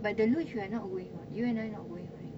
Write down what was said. but the luge you are not going [what] you and I not going right